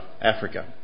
Africa